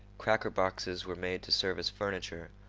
cracker boxes were made to serve as furniture.